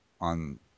on